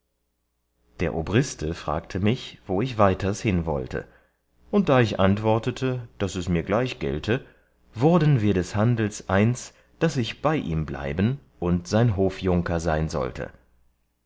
der obriste fragte mich wo ich weiters hin wollte und da ich antwortete daß es mir gleich gelte wurden wir des handels eins daß ich bei ihm bleiben und sein hofjunker sein sollte